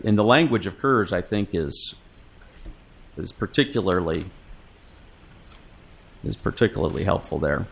in the language of curves i think is is particularly is particularly helpful there